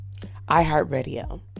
iHeartRadio